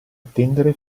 attendere